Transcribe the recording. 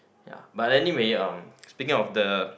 ya but anyway uh speaking of the